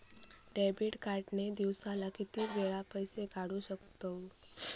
Debit card ने दिवसाला किती वेळा पैसे काढू शकतव?